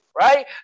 right